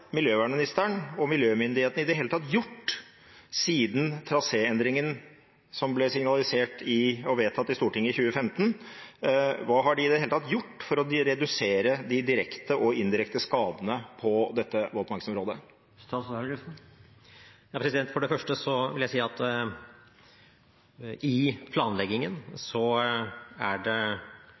miljøministeren og miljømyndighetene i det hele tatt gjort for å redusere de direkte og de indirekte skadene på dette våtmarksområdet siden traséendringen ble signalisert og vedtatt i Stortinget i 2015? For det første vil jeg si at i planleggingen er det